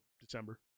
December